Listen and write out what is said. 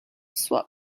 swap